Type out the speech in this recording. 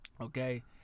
Okay